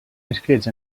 inscrits